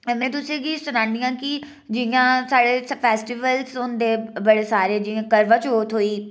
ते में तुसें गी सनानी आं की जि'यां साढ़े फेस्टिवल्स होंदे बड़े सारे जि'यां करवाचौथ होई